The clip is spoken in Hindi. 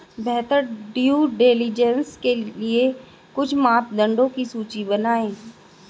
बेहतर ड्यू डिलिजेंस के लिए कुछ मापदंडों की सूची बनाएं?